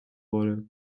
wolle